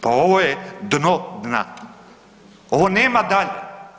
Pa ovo je dno dna, ovo nema dalje.